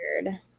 weird